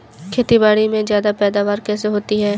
खेतीबाड़ी में ज्यादा पैदावार कैसे होती है?